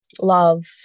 love